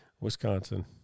Wisconsin